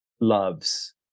loves